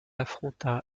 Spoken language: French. affronta